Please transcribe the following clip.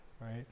right